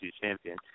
champion